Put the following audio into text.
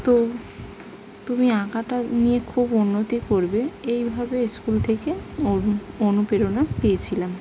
তো তুমি আঁকাটা নিয়ে খুব উন্নতি করবে এইভাবে স্কুল থেকে অনু অনুপ্রেরণা পেয়েছিলাম